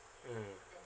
mm